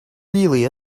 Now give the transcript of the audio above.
really